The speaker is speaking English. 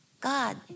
God